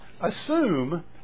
Assume